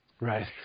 Right